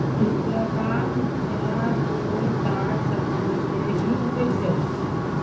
लता मुख्यतया कोय साग सब्जी के हीं होय छै